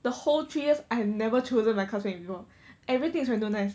the whole three years I have never chosen my classmates before everything is randomized